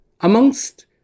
amongst